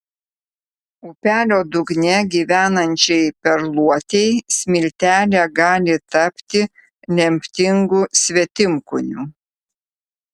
upelio dugne gyvenančiai perluotei smiltelė gali tapti lemtingu svetimkūniu